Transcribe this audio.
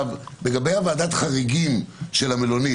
לגבי ועדת החריגים במלונית.